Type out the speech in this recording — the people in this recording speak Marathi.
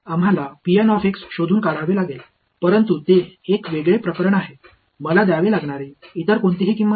आम्हाला शोधून काढावे लागेल परंतु ते 1 वेळचे प्रकरण आहे मला द्यावे लागणारी इतर कोणतीही किंमत